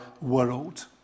world